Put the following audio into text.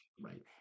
Right